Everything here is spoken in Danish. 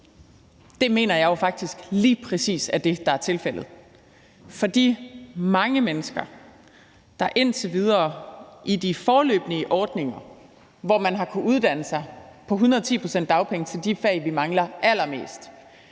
Det mener jeg faktisk lige præcis er det, der er tilfældet for de mange mennesker, der indtil videre i de foreløbige ordninger har kunnet uddanne sig på 110 pct. af dagpengesatsen inden for de fag,